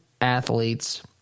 athletes